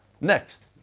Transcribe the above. Next